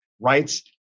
rights